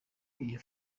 iyo